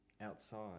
outside